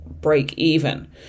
break-even